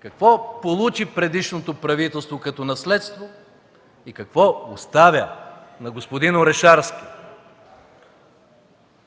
какво получи предишното правителство като наследство и какво оставя на господин Орешарски.